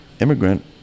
immigrant